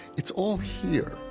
it's all here.